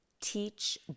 teach